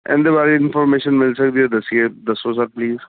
ਇਹਨਾਂ ਦੇ ਬਾਰੇ ਇਨਫੋਰਮੇਸ਼ਨ ਮਿਲ ਸਕਦੀ ਹੈ ਦੱਸੀਏ ਦੱਸੋ ਸਰ ਪਲੀਜ਼